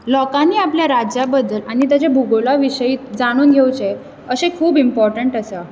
लोकांनी आपल्या राज्या बद्दल आनी ताच्या भुगोला विशयी जाणून घेवचे अशें खूब इम्पॉर्टन्ट आसा